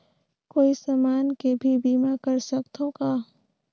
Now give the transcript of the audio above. कोई समान के भी बीमा कर सकथव का?